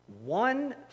one